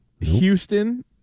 Houston